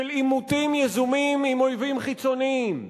של עימותים יזומים עם אויבים חיצוניים.